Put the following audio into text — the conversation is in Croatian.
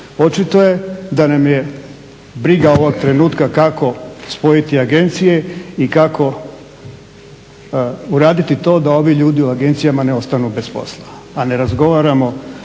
Očito je da nam je briga ovog trenutka kako spojiti agencije i kako uraditi to da ovi ljudi u agencijama ne ostanu bez posla, a ne razgovaramo